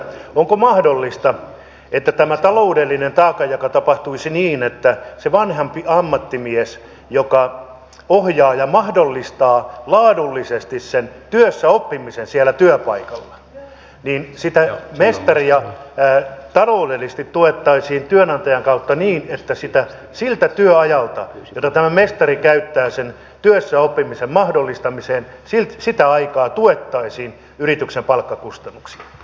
onko mahdollista että tämä taloudellinen taakanjako tapahtuisi niin että sitä vanhempaa ammattimiestä joka ohjaa ja mahdollistaa laadullisesti sen työssäoppimisen siellä työpaikalla sitä mestaria taloudellisesti tuettaisiin työnantajan kautta niin että sitä työaikaa jota tämä mestari käyttää sen työssäoppimisen mahdollistamiseen tuettaisiin yrityksen palkkakustannuksin